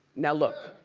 now look,